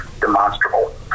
Demonstrable